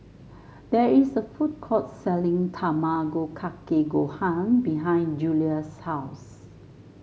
there is a food court selling Tamago Kake Gohan behind Julia's house